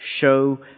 show